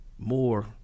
more